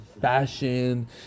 fashion